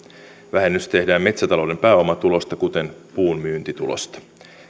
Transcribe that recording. vähennys tehdään metsätalouden pääomatulosta kuten puun myyntitulosta